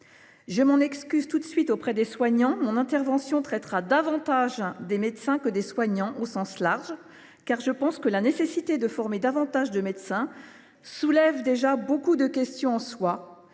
Je m’en excuse d’emblée auprès des soignants : mon intervention traitera davantage des médecins que des soignants au sens large, car je pense que « la nécessité de former davantage de médecins » soulève en elle même beaucoup de questions, et ce